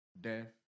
death